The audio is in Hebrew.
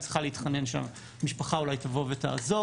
היא צריכה להתחנן שהמשפחה אולי תבוא ותעזור.